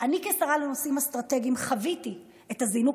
אני כשרה לנושאים אסטרטגיים חוויתי את הזינוק